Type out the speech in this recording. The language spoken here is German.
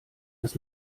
das